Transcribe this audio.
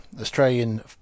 Australian